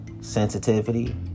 Sensitivity